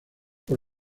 por